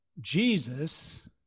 Jesus